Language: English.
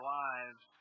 lives